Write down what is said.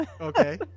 Okay